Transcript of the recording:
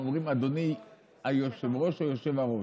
אומרים אדוני היושב-ראש או יושב-הראש?